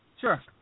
sure